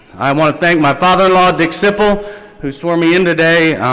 i want to thank my father-in-law dick siple who swore me in today,